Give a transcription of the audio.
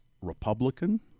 Republican